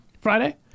Friday